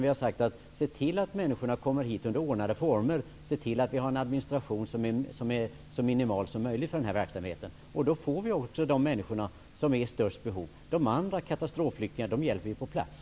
Däremot har vi sagt: Se till att människorna kommer hit under ordnade former. Se till att vi har en så liten administration som möjligt för den här verksamheten. Då får vi de människor som har störst behov. De andra katastroflyktingarna hjälper vi på plats.